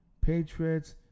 Patriots